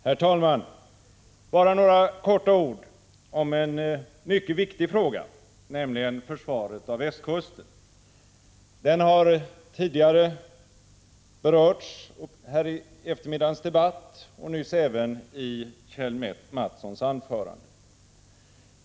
Herr talman! Bara några ord om en mycket viktig fråga, nämligen 24 april 1986 försvaret av västkusten. Denna fråga har tidigare berörts under eftermiddagens debatt, och nyss även i Kjell A. Mattssons anförande.